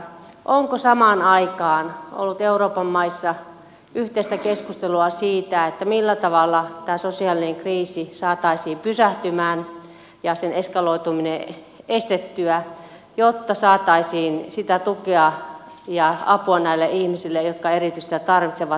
onko samaan aikaan ollut euroopan maissa yhteistä keskustelua siitä millä tavalla tämä sosiaalinen kriisi saataisiin pysähtymään ja sen eskaloituminen estettyä jotta saataisiin sitä tukea ja apua näille ihmisille jotka erityisesti sitä tarvitsevat